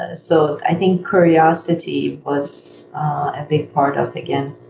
ah so i think curiosity was a big part of again,